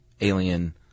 alien